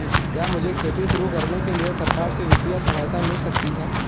क्या मुझे खेती शुरू करने के लिए सरकार से वित्तीय सहायता मिल सकती है?